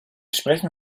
sprechen